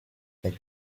they